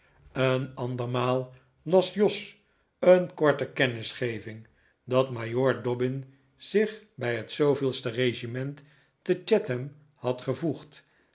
een andermaal las jos een korte kennisgeving dat majoor dobbin zich bij het de regiment te chatham had gevoegd